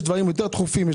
יש דברים יותר דחופים,